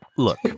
look